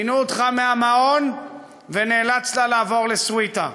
פינו אותך מהמעון ונאלצת לעבור לסוויטה.